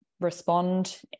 respond